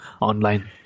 online